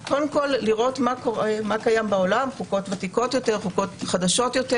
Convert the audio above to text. לראות מה קיים בעולם חוקות חדשות יותר,